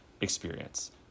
experience